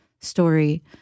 story